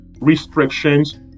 restrictions